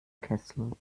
kessel